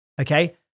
Okay